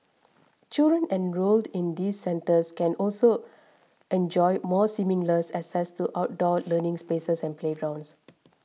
children enrolled in these centres can also enjoy more seamless access to outdoor learning spaces and playgrounds